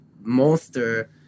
monster